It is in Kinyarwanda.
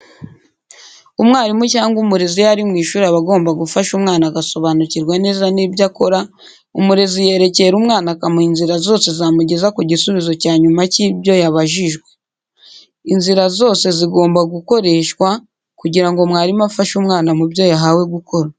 Umwarimu cyangwa umurezi iyo ari mu ishuri aba agomba gufasha umwana agasobanukirwa neza n'ibyo akora, umurezi yerekera umwana akamuha inzira zose zamugeza ku gisubizo cya nyuma cy'ibyo yabajijwe. Inzira zose zigomba gukoreshwa kugira ngo mwarimu afashe umwana mu byo yahawe gukora.